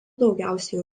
daugiausia